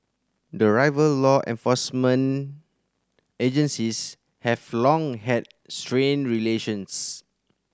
the rival law enforcement agencies have long had strained relations